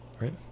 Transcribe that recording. Right